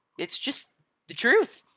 it's just the truth.